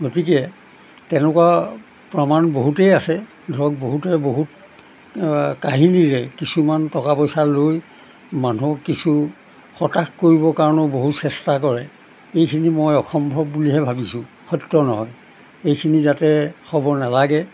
গতিকে তেনেকুৱা প্ৰমাণ বহুতেই আছে ধৰক বহুতে বহুত কাহিনীৰে কিছুমান টকা পইচা লৈ মানুহক কিছু সতাশ কৰিবৰ কাৰণেও বহুত চেষ্টা কৰে এইখিনি মই অসম্ভৱ বুলিহে ভাবিছোঁ সত্য নহয় এইখিনি যাতে হ'ব নালাগে